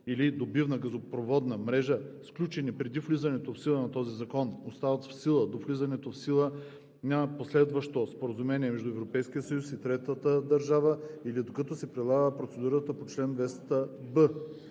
или добивна газопроводна мрежа, сключени преди влизането в сила на този закон, остават в сила до влизането в сила на последващо споразумение между Европейския съюз и третата държава или докато се прилага процедурата по чл.